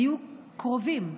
היו קרובים,